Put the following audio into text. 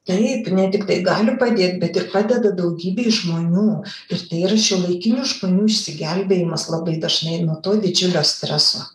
taip ne tiktai gali padėt bet tik padeda daugybei žmonių ir tai yra šiuolaikinių žmonių išsigelbėjimas labai dažnai nuo to didžiulio streso